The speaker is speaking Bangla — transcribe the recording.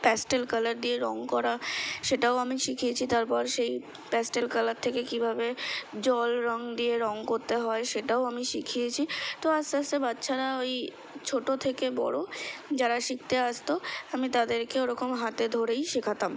প্যাস্টেল কালার দিয়ে রঙ করা সেটাও আমি শিখিয়েছি তারপর সেই প্যাস্টেল কালার থেকে কীভাবে জল রঙ দিয়ে রঙ করতে হয় সেটাও আমি শিখিয়েছি তো আস্তে আস্তে বাচ্ছারা ওই ছোটো থেকে বড়ো যারা শিখতে আসতো আমি তাদেরকে ওরকম হাতে ধরেই শেখাতাম